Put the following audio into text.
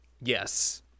Yes